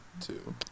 two